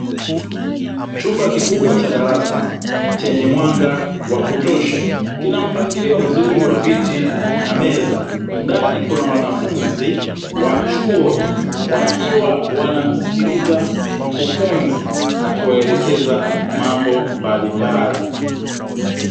Chumba kikubwa cha darasa chenye mwanga wa kutosha. Kina mpangilio mzuri wa viti na meza. Ndani kuna wanafunzi wa chuo wakiwa wanamsikiliza mkufunzi, akiwaelekeza mambo mbalimbali.